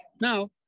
now